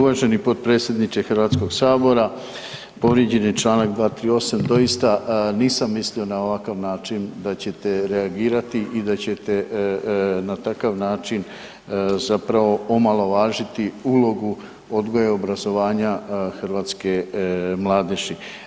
Uvaženi potpredsjedniče Hrvatskog sabora povrijeđen je Članak 238., doista nisam mislio na ovakav način da ćete reagirati i da ćete na takav način zapravo omalovažiti ulogu odgoja i obrazovanja hrvatske mladeži.